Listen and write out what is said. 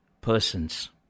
persons